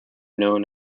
known